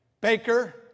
Baker